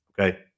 okay